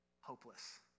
Hopeless